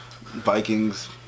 Vikings